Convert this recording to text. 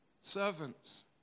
Servants